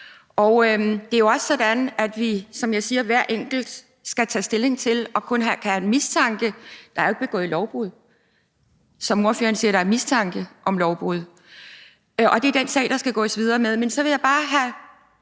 og det er jo også sådan, at hver enkelt, som jeg siger, skal tage stilling og kun kan have en mistanke. Der er jo ikke begået lovbrud. Som ordføreren siger, er der mistanke om lovbrud. Det er den sag, der skal gås videre med. Men så vil jeg bare have